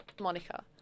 Monica